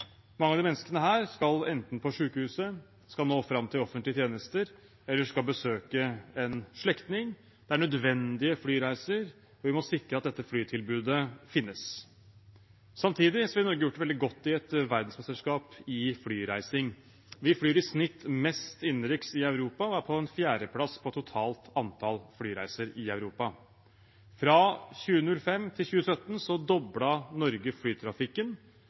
Mange av disse menneskene skal enten på sykehus, skal nå fram til offentlige tjenester eller skal besøke en slektning. Det er nødvendige flyreiser, og vi må sikre at dette flytilbudet finnes. Samtidig ville Norge ha gjort det veldig godt i et verdensmesterskap i flyreising. Vi flyr i snitt mest innenriks i Europa og er på en fjerdeplass i totalt antall flyreiser i Europa. Fra 2005 til 2017 doblet Norge flytrafikken.